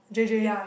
J_J